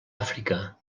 àfrica